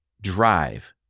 drive